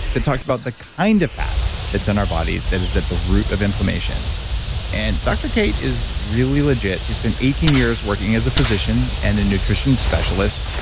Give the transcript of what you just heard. talks about the kind of fat that's in our bodies that is at the root of inflammation and dr. cate is really legit. she spent eighteen years working as a physician and a nutrition specialist.